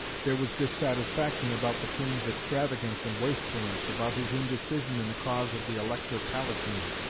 there was dissatisfaction about the king's extravagance and wastefulness, about his indecision in the cause of the elector palatine,